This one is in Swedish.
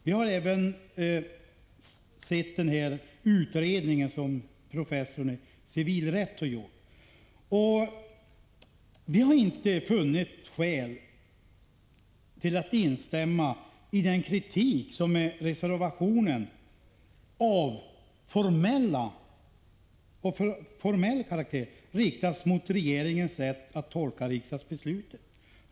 Vi har även sett den utredning som professorn i civilrätt har gjort. Och vi har inte funnit skäl att instämma i den kritik av formell karaktär som i reservationen riktas mot regeringens sätt att tolka riksdagsbeslutet.